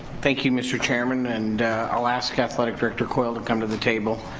thank you mr. chairman and i'll ask athletic director coyle to come to the table.